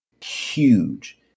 huge